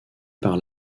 par